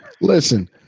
Listen